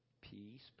peace